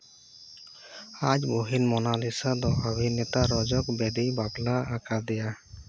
ᱟᱡ ᱵᱩᱦᱤᱱ ᱢᱳᱱᱟᱞᱤᱥᱟ ᱫᱚ ᱚᱵᱷᱤᱱᱮᱛᱟ ᱨᱚᱡᱚᱠ ᱵᱮᱫᱤᱭ ᱵᱟᱯᱞᱟ ᱟᱠᱟᱫᱮᱭᱟ